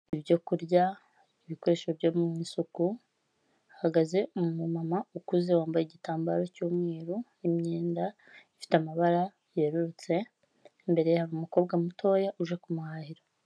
Ibyo kurya, ibikoresho byo mu isuku, hahagaze umumama ukuze wambaye igitambaro cy'umweru n'imyenda ifite amabara yerurutse. Imbere ye hari umukobwa mutoya uje kumuhahira.